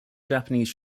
japanese